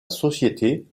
société